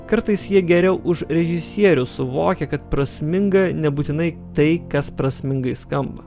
kartais jie geriau už režisierių suvokia kad prasminga nebūtinai tai kas prasmingai skamba